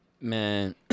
Man